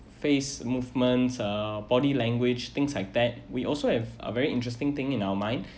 face movements uh body language things like that we also have a very interesting thing in our mind